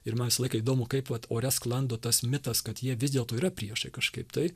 ir man visą laiką įdomu kaip vat ore sklando tas mitas kad jie vis dėlto yra priešai kažkaip tai